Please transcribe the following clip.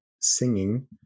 singing